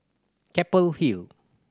Keppel Hill